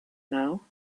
now